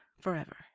Forever